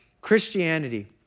Christianity